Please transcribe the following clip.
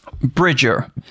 Bridger